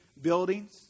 buildings